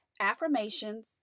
affirmations